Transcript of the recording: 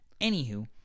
Anywho